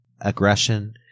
aggression